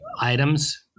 items